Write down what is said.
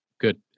Good